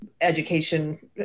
education